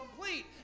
complete